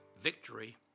victory